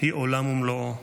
היא עולם ומלואו,